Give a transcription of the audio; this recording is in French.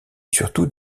surtout